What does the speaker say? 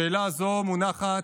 שאלה זו מונחת